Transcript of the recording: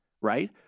right